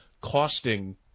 costing